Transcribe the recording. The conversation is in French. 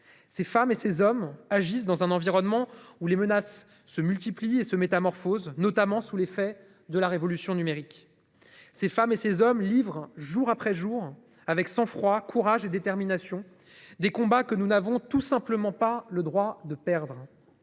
ces femmes et ces hommes agissent dans un environnement où les menaces se multiplier et se métamorphose, notamment sous l'effet de la révolution numérique. Ces femmes et ces hommes livrent jour après jour, avec sang-froid. Courage et détermination des combats que nous n'avons tout simplement pas le droit de perdre.